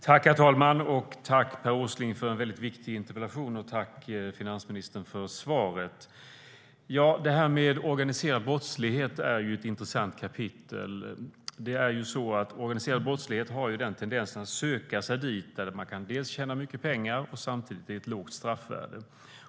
Herr talman! Jag tackar Per Åsling för en mycket viktig interpellation och tackar finansministern för svaret. Detta med organiserad brottslighet är ett intressant kapitel. Organiserad brottslighet har en tendens att söka sig dit där man kan tjäna mycket pengar och har samtidigt ett lågt straffvärde.